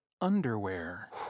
underwear